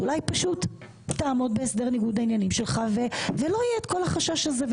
אולי פשוט תעמוד בהסדר ניגוד העניינים שלך ולא יהיה את כל החשש הזה.